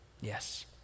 Yes